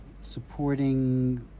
supporting